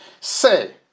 say